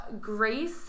Grace